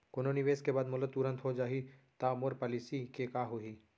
कोनो निवेश के बाद मोला तुरंत हो जाही ता मोर पॉलिसी के का होही?